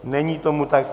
Není tomu tak.